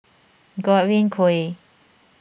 Godwin Koay